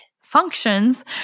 functions